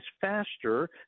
faster